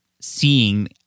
seeing